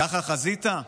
ככה חזית?".